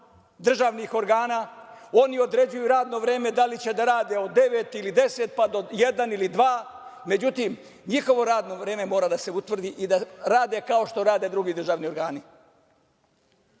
državnih organa, oni određuju radno vreme da li će da rade od devet ili 10, pa do jedan ili dva. Međutim, njihovo radno vreme mora da se utvrdi i da rade kao što rade drugi državni